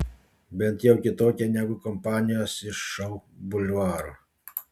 bent jau kitokia negu kompanijos iš šou bulvaro